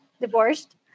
divorced